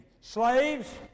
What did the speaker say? Slaves